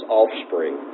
offspring